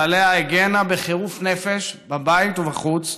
שעליה הגנה בחירוף נפש בבית ובחוץ,